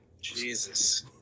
Jesus